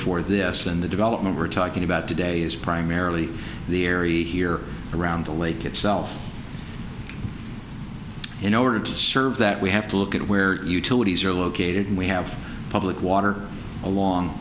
this and the development we're talking about today is primarily the area here around the lake itself in order to serve that we have to look at where utilities are located we have public water along